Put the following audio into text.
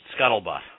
scuttlebutt